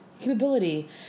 capability